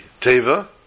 Teva